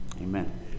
Amen